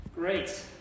Great